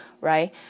right